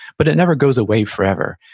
but it never goes away forever.